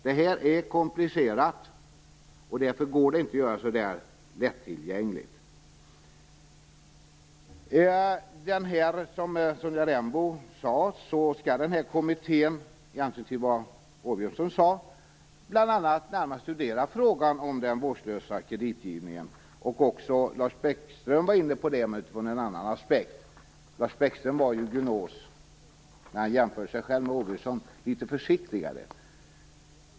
Det här är komplicerat, och därför går det inte att göra så lättillgängligt. Som Sonja Rembo sade, skall kommittén bl.a. närmare studera frågan om vårdslös kreditgivning. Detta talade Rolf Åbjörnsson om, och också Lars Bäckström var inne på det men utifrån en annan aspekt. När Lars Bäckström jämförde sig med Åbjörnsson, var han ju gunås litet försiktigare.